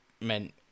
meant